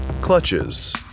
clutches